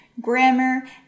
grammar